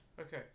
Okay